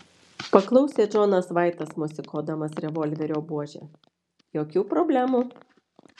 paklausė džonas vaitas mosikuodamas revolverio buože jokių problemų